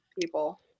people